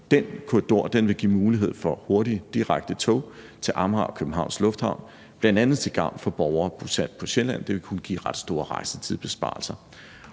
Den korridor vil give mulighed for hurtige direkte tog til Amager og Københavns Lufthavn, bl.a. til gavn for borgere bosat på Sjælland – det vil kunne give ret store rejsetidsbesparelser.